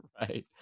Right